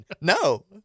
no